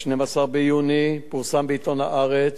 ב-12 ביוני, פורסם בעיתון "הארץ"